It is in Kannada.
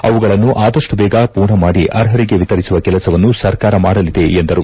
ಅವುಗಳನ್ನು ಆದಷ್ಟು ಬೇಗ ಪೂರ್ಣ ಮಾಡಿ ಅರ್ಹರಿಗೆ ವಿತರಿಸುವ ಕೆಲಸವನ್ನು ಸರ್ಕಾರ ಮಾಡಲಿದೆ ಎಂದರು